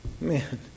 man